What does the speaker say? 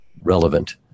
relevant